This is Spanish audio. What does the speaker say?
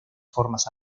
formas